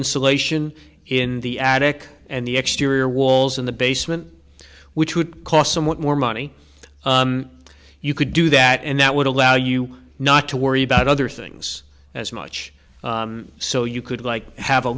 insulation in the attic and the exterior walls in the basement which would cost somewhat more money you could do that and that would allow you not to worry about other things as much so you could like have a